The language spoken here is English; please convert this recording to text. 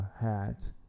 hat